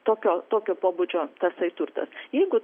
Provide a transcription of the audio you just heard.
tokio tokio pobūdžio tasai turtas jeigu